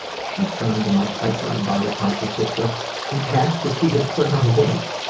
she turned to my hyper-body-conscious sister and asked if she had put on weight.